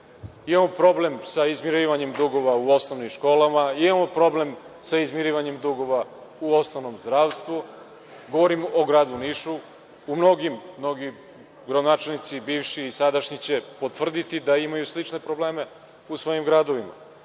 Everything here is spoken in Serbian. Imamo problem sa izmirivanjem dugova u osnovnim školama. Imamo problem sa izmirivanjem dugova u osnovnom zdravstvu. Govorim o gradu Nišu, mnogi bivši i sadašnji gradonačelnici će potvrditi da imaju slične probleme u svojim gradovima,